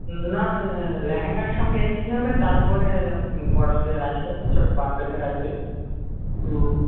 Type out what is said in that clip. না লেহেঙ্গার সঙ্গে একটি হবে তারপরে বড়দের আছে ছো বাচ্চাদের আছে হুম